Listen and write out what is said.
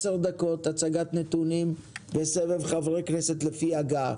10 דקות הצגת נתונים וסבב חברי כנסת לפי הגעה.